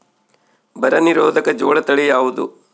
ಬರ ನಿರೋಧಕ ಜೋಳ ತಳಿ ಯಾವುದು?